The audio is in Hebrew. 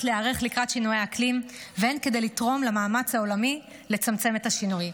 להיערך לקראת שינויי אקלים והן כדי לתרום למאמץ העולמי לצמצם את השינוי.